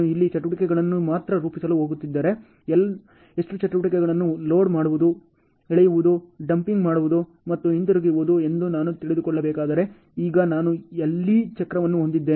ನಾನು ಇಲ್ಲಿ ಚಟುವಟಿಕೆಗಳನ್ನು ಮಾತ್ರ ರೂಪಿಸಲು ಹೋಗುತ್ತಿದ್ದರೆ ಎಷ್ಟು ಚಟುವಟಿಕೆಗಳನ್ನು ಲೋಡ್ ಮಾಡುವುದು ಎಳೆಯುವುದು ಡಂಪಿಂಗ್ ಮಾಡುವುದು ಮತ್ತು ಹಿಂತಿರುಗುವುದು ಎಂದು ನಾನು ತಿಳಿದುಕೊಳ್ಳಬೇಕಾದರೆ ಈಗ ನಾನು ಎಲ್ಲಿ ಚಕ್ರವನ್ನು ಹೊಂದಿದ್ದೇನೆ